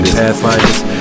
pathfinders